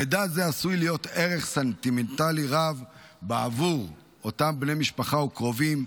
למידע זה עשוי להיות ערך סנטימנטלי רב בעבור אותם בני משפחה וקרובים.